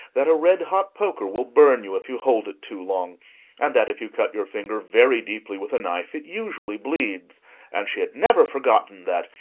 that a red-hot poker will burn you if you hold it too long and that if you cut your finger very deeply with a knife, it usually bleeds and she had never forgotten that,